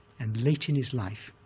and late in his life,